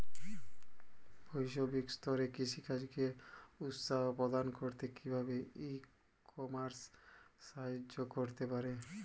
বৈষয়িক স্তরে কৃষিকাজকে উৎসাহ প্রদান করতে কিভাবে ই কমার্স সাহায্য করতে পারে?